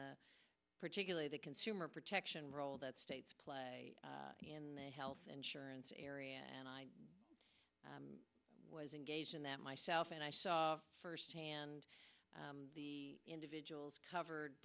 particular the consumer protection role that states play in the health insurance area and i was engaged in that myself and i saw firsthand the individuals covered